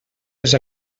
les